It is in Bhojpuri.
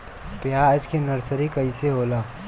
प्याज के नर्सरी कइसे होला?